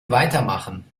weitermachen